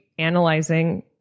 analyzing